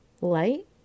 light